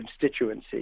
constituency